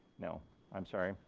no i'm sorry.